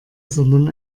sondern